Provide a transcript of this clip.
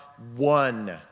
one